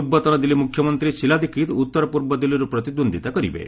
ପୂର୍ବତନ ଦିଲ୍ଲୀ ମୁଖ୍ୟମନ୍ତ୍ରୀ ଶୀଲା ଦୀକ୍ଷିତ୍ ଉତ୍ତର ପୂର୍ବ ଦିଲ୍ଲୀରୁ ପ୍ରତିଦ୍ୱନ୍ଦ୍ୱିତା କରିବେ